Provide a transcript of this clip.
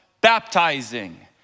baptizing